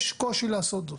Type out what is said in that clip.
יש קושי לעשות זאת.